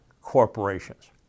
corporations